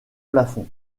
plafond